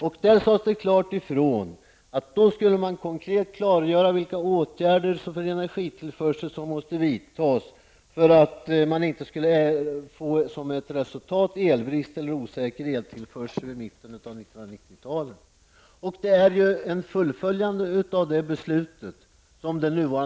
Vid denna kontrollstation skulle man konkret klargöra vilka åtgärder för energitillförsel som måste vidtas för att det inte skulle resultera i elbrist eller osäker eltillförsel vid mitten av 90-talet. Det nuvarande förslaget innebär ett fullföljande av detta beslut.